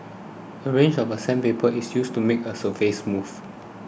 a range of sandpaper is used to make the surface smooth